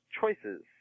choices